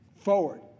forward